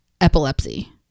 epilepsy